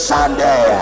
Sunday